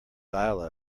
dial